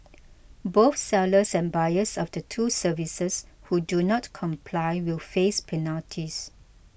both sellers and buyers of the two services who do not comply will face penalties